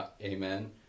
amen